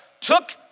took